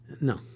no